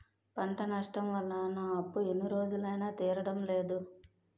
పంట నష్టం వల్ల నా అప్పు ఎన్ని రోజులైనా తీరడం లేదు